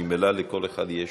ממילא לכל אחד יש